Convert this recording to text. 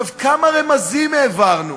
כמה רמזים העברנו,